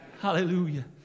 Hallelujah